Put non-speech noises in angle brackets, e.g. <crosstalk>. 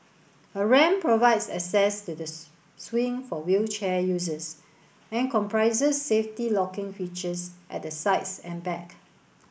a ramp provides access to the <unintelligible> swing for wheelchair users and comprises safety locking features at the sides and back